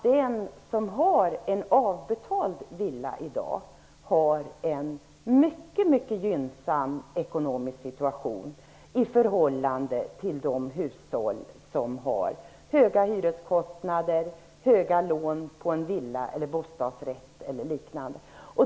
Den som har en avbetald villa i dag har en mycket gynnsam ekonomisk situation i förhållande till de hushåll som har höga hyreskostnader, höga lån på en villa eller bostadsrätt eller liknande.